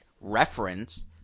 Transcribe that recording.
reference